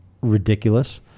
ridiculous